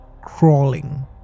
crawling